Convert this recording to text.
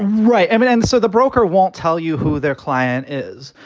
right. evidence so the broker won't tell you who their client is.